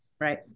Right